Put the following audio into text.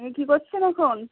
কী করছেন এখন